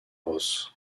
ross